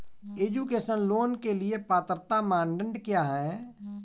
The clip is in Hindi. एजुकेशन लोंन के लिए पात्रता मानदंड क्या है?